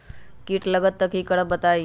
कीट लगत त क करब बताई?